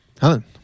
Helen